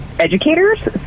educators